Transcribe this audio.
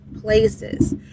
places